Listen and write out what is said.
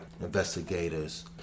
investigators